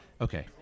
Okay